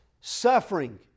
suffering